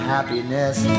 Happiness